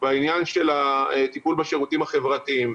בעניין של הטיפול בשירותים החברתיים.